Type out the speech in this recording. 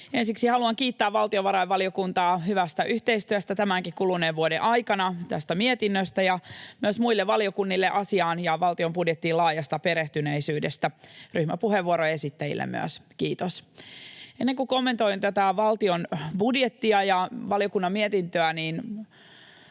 ensiksi haluan kiittää valtiovarainvaliokuntaa hyvästä yhteistyöstä tämän kuluneenkin vuoden aikana, tästä mietinnöstä, ja myös muille valiokunnille asiaan ja valtion budjettiin laajasta perehtyneisyydestä. Ryhmäpuheenvuoron esittäjille myös kiitos. Ennen kuin kommentoin tätä valtion budjettia ja valiokunnan mietintöä esitän